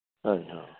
ਹਾਂ ਹਾਂ